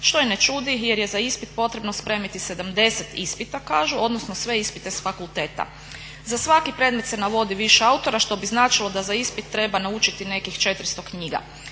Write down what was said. što i ne čudi, jer je za ispit potrebno spremiti 70 ispita, kažu odnosno sve ispite s fakulteta. Za svaki predmet se navodi više autora što bi značilo da za ispit treba naučiti nekih 400 knjiga.